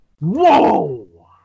Whoa